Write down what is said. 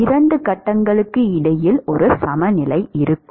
இரண்டு கட்டங்களுக்கு இடையில் ஒரு சமநிலை இருக்கும்